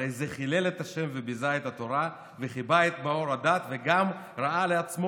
הרי זה חילל את השם וביזה את התורה וכיבה מאור הדת וגרם רעה לעצמו